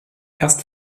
erst